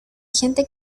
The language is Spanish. gente